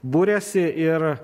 buriasi ir